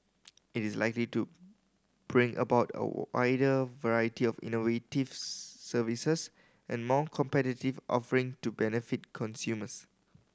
it is likely to bring about a wider variety of innovative's services and more competitive offering to benefit consumers